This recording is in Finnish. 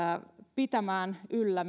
pitämään yllä